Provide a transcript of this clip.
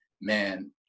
man